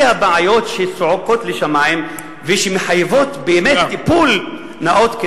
אלה הבעיות שצועקות לשמים ושמחייבות באמת טיפול נאות,